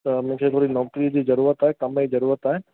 त मूंखे हिकिड़ी नौकरीअ जी ज़रूरत आहे कम जी ज़रूरत आहे